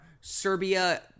Serbia